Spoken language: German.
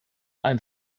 ein